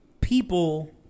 people